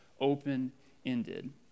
open-ended